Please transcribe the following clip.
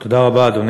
אדוני